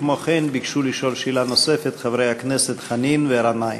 כמו כן ביקשו לשאול שאלה נוספת חברי הכנסת חנין וגנאים.